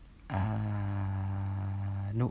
uh nope